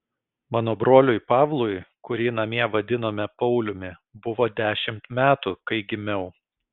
mano broliui pavlui kurį namie vadinome pauliumi buvo dešimt metų kai gimiau